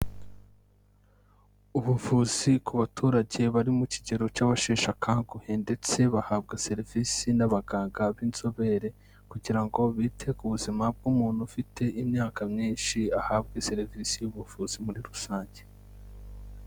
Ubuvuzi ku baturage bari mu kigero cy'abasheshakanguhe ndetse bahabwa serivisi n'abaganga b'inzobere kugira ngo bite ku buzima bw'umuntu ufite imyaka myinshi ahabwe serivisi y'ubuvuzi muri rusange.